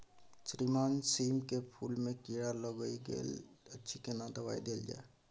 श्रीमान सीम के फूल में कीरा लाईग गेल अछि केना दवाई देल जाय?